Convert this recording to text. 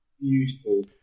beautiful